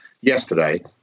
yesterday